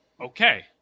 okay